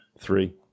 Three